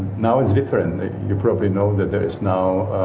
now it's different you probably know that there is now